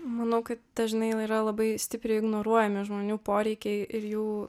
manau kad dažnai yra labai stipriai ignoruojami žmonių poreikiai ir jų